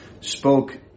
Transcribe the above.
spoke